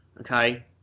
okay